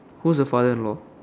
who's the father-in-law